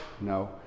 No